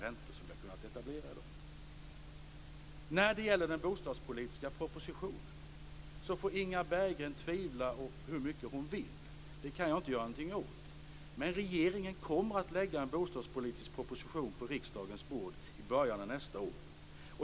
Inga Berggren får tvivla hur mycket hon vill om den bostadspolitiska propositionen. Det kan jag inte göra något åt. Regeringen kommer att lägga en bostadspolitisk proposition på riksdagens bord i början av nästa år.